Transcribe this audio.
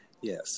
Yes